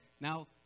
Now